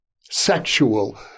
sexual